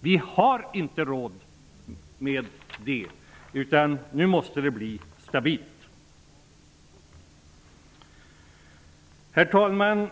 Vi har inte råd med detta. Nu måste det bli stabilt. Herr talman!